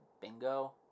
bingo